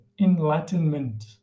enlightenment